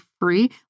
free